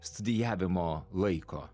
studijavimo laiko